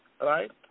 Right